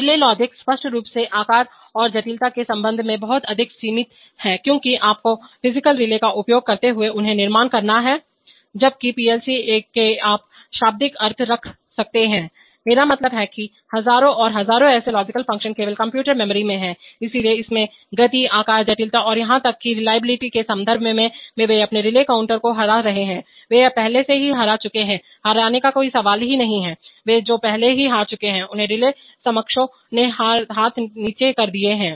relay logic स्पष्ट रूप से आकार और जटिलता के संदर्भ में बहुत अधिक सीमित है क्योंकि आपको फिजिकल रिले का उपयोग करते हुए उन्हें निर्माण करना है जबकि पीएलसी के आप शाब्दिक अर्थ रख सकते हैं मेरा मतलब है कि हजारों और हजारों ऐसे लॉजिकल फंक्शंस केवल कंप्यूटर मेमोरी में हैं इसलिए इसमें गति आकार जटिलता और यहां तक कि रिलायबिलिटी के संदर्भ में वे अपने रिले काउंटर को हरा रहे हैं वे पहले से ही हरा चुके हैं हराने का कोई सवाल नहीं है जो वे पहले से ही हार चुके हैं उनके रिले समकक्षों ने हाथ नीचे कर दिए हैं